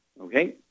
Okay